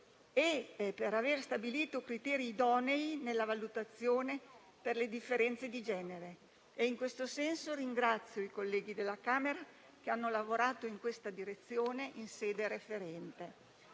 e per aver stabilito criteri idonei nella valutazione per le differenze di genere. In questo senso, ringrazio i colleghi della Camera che hanno lavorato in questa direzione in sede referente.